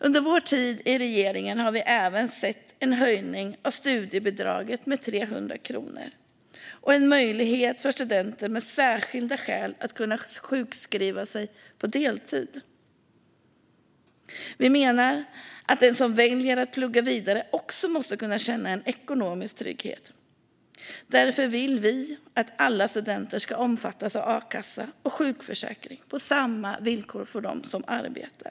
Under vår tid i regeringen har vi även sett en höjning av studiebidraget med 300 kronor och en möjlighet för studenter med särskilda skäl att sjukskriva sig på deltid. Vi menar att den som väljer att plugga vidare också måste kunna känna en ekonomisk trygghet. Därför vill vi att alla studenter ska omfattas av a-kassa och sjukförsäkring på samma villkor som de som arbetar.